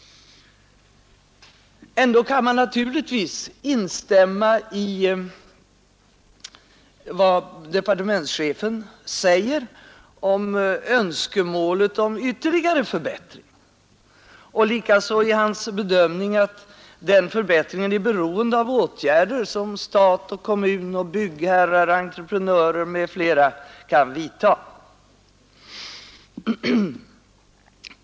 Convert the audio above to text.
Ändå kan man naturligtvis instämma i departementschefens önskemål om ytterligare förbättring, likaså i hans bedömning att den förbättringen är beroende av åtgärder som stat och kommun, byggherrar, entreprenörer m.fl. kan komma att vidta.